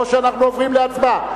או שאנחנו עוברים להצבעה?